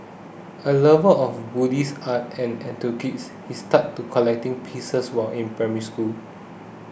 a lover of Buddhist art and antiquities he started collecting pieces while in Primary School